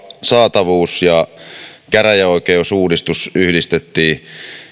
saatavuus ja käräjäoikeusuudistus yhdistettiin